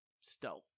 stealth